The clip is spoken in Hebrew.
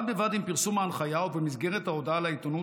בד בבד עם פרסום ההנחיה ובמסגרת ההודעה לעיתונות,